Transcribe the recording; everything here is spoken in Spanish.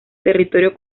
territorio